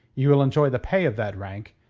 you will enjoy the pay of that rank,